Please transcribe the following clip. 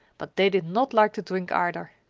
but they did not like the drink either.